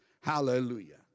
Hallelujah